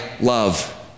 love